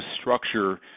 structure